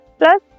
plus